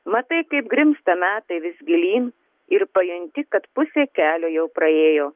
matai kaip grimzta metai vis gilyn ir pajunti kad pusė kelio jau praėjo